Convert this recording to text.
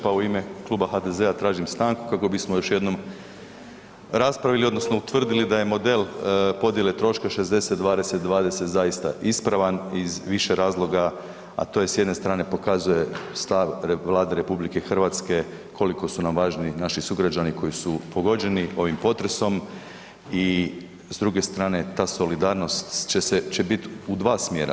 Pa u ime Kluba HDZ-a tražim stanku kako bismo još jednom raspravili odnosno utvrdili da je model podjele troška 60-20-20 zaista ispravan iz više razloga, a to je s jedne strane pokazuje stav Vlade RH koliko su nam važni naši sugrađani koji su pogođeni ovim potresom i s druge strane ta solidarnost će biti u dva smjera.